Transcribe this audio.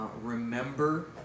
remember